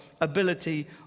ability